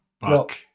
Buck